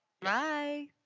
bye